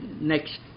next